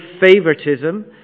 favoritism